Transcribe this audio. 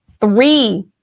three